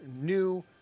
new